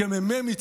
כמ"מית,